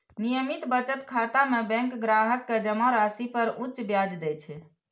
नियमित बचत खाता मे बैंक ग्राहक कें जमा राशि पर उच्च ब्याज दै छै